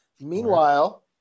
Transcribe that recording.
meanwhile